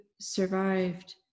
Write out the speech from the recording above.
survived